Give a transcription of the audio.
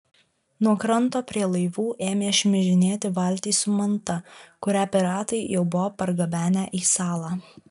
nuo kranto prie laivų ėmė šmižinėti valtys su manta kurią piratai jau buvo pergabenę į salą